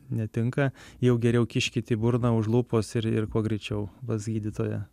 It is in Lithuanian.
netinka jau geriau kiškit į burną už lūpos ir ir kuo greičiau pas gydytoją